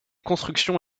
constructions